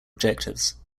objectives